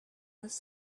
was